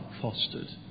fostered